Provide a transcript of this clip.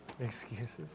Excuses